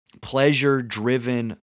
pleasure-driven